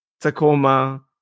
Tacoma